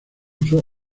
uso